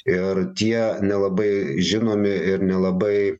ir tie nelabai žinomi ir nelabai